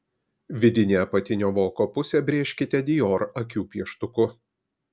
vidinę apatinio voko pusę brėžkite dior akių pieštuku